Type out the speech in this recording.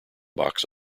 box